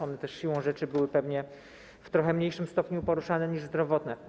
One też siłą rzeczy były pewnie w trochę mniejszym stopniu poruszane niż zdrowotne.